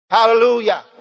Hallelujah